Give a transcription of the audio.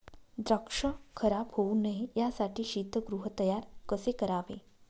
द्राक्ष खराब होऊ नये यासाठी शीतगृह तयार कसे करावे?